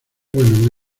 bueno